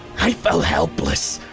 i felt helpless.